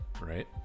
right